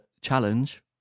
challenge